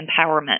empowerment